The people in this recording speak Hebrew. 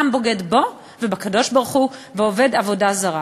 העם בוגד בו ובקדוש-ברוך-הוא ועובד עבודה זרה.